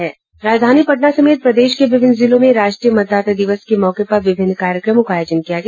राजधानी पटना समेत प्रदेश के विभिन्न जिलों में राष्ट्रीय मतदाता दिवस के मौके पर विभिन्न कार्यक्रमों का आयोजन किया गया